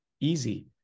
easy